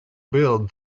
build